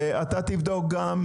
ואתה תבדוק גם,